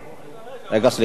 רגע, סליחה,